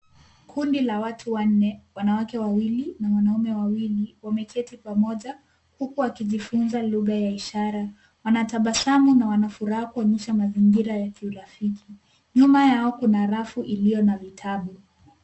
Kundi la watu wanne, wanawake wawili na wanaume wawili, wameketi pamoja huku wakijifunza lugha ya ishara. Wanatabasamu na wana furaha, kuonyesha mazingira ya kiurafiki. Nyuma yao kuna rafu iliyo na vitabu.